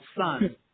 son